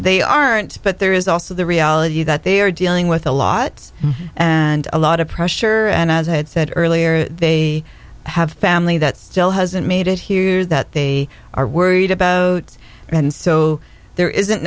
they aren't but there is also the reality that they are dealing with a lot and a lot of pressure and as i had said earlier they have family that still hasn't made it here that they are worried about and so there isn't